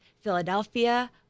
Philadelphia